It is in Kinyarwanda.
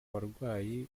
barwayi